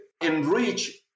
enrich